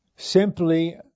simply